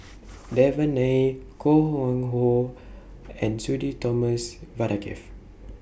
Devan Nair Koh Nguang How and Sudhir Thomas Vadaketh